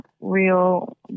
real